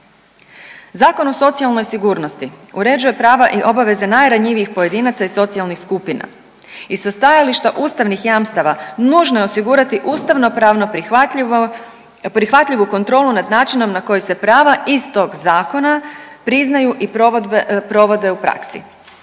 Zakon o socijalnoj sigurnosti uređuje prava i obaveze najranjivijih pojedinaca i socijalnih skupina i sa stajališta ustavnih jamstava nužno je osigurati ustavnopravno prihvatljivo, prihvatljivu kontrolu nad načinom na koji se prava iz tog zakona priznaju i provode u praksi,